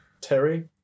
Terry